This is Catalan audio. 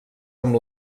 amb